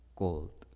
gold